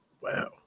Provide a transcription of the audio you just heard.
Wow